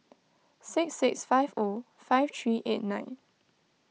six six five O five three eight nine